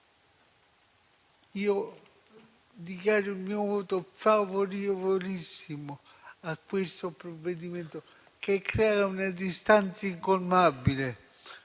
io dichiaro il mio voto favorevolissimo su questo provvedimento, che crea una distanza incolmabile